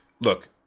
look